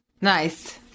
Nice